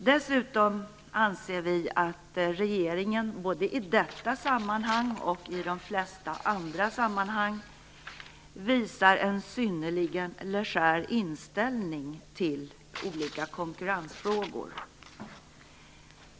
Dessutom anser vi att regeringen både i detta sammanhang och i de flesta andra sammanhang visar en synnerligen legär inställning till olika konkurrensfrågor.